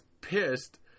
pissed